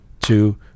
two